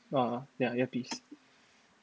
!wow! ya earpiece